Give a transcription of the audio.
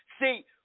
see